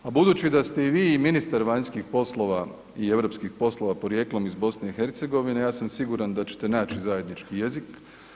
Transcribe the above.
A budući da ste i vi i ministar vanjskih poslova i europskih poslova porijeklom iz BiH, ja sam siguran da ćete naći zajednički jezik.